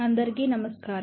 అందరికీ నమస్కారం